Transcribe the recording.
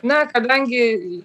na kadangi